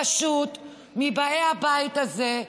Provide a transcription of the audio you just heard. פשוט, מבאי הבית הזה.